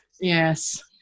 Yes